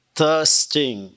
thirsting